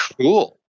Cool